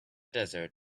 desert